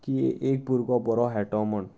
की एक भुरगो बरो खेळटलो म्हणू